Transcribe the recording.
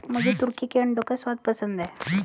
मुझे तुर्की के अंडों का स्वाद पसंद है